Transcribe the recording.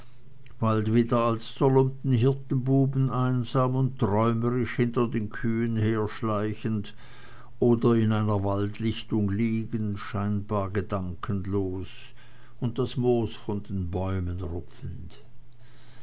bald wieder als zerlumpten hirtenbuben einsam und träumerisch hinter den kühen herschleichend oder in einer waldlichtung liegend scheinbar gedankenlos und das moos von den bäumen rupfend